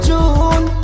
June